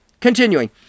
Continuing